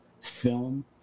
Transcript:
film